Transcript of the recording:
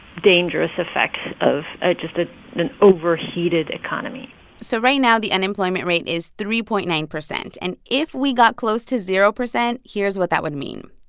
dangerous effects of just ah an overheated economy so right now, the unemployment rate is three point nine percent, and if we got close to zero percent, here's what that would mean.